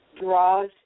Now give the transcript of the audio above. draws